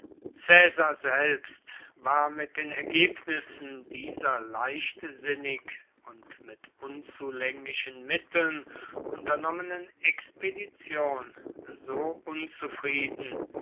selbst war mit den ergebnissen dieser leichtsinnig und mit unzulänglichen mitteln unternommenen expedition so unzufrieden